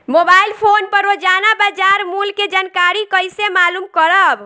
Mobile phone पर रोजाना बाजार मूल्य के जानकारी कइसे मालूम करब?